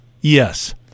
Yes